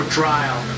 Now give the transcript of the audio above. trial